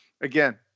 Again